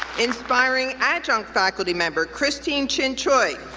inspiring adjunct faculty member christine chin choy,